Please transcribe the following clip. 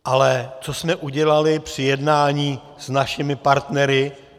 Ale co jsme udělali při jednání s našimi partnery?